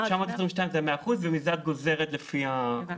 ה-922 זה ה-100%, ומזה את גוזרת לפי האחוזים.